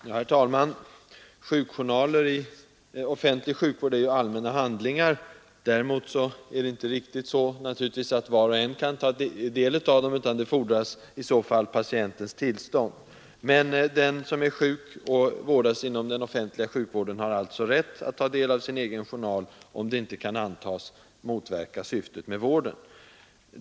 Herr talman! Sjukjournaler i offentlig sjukvård är allmänna handlingar. Däremot är det inte så att var och en kan ta del av dem, utan det fordras patientens tillstånd. Den som är sjuk och vårdas inom den offentliga sjukvården har alltså rätt att ta del av sin egen journal, om det inte kan antas motverka syftet med vården.